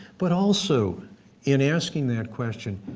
but also in asking that question,